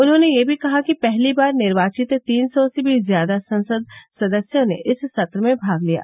उन्होंने यह भी कहा कि पहली बार निर्वाचित तीन सौ से भी ज्यादा संसद सदस्यों ने इस सत्र में भाग लिया